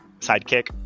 sidekick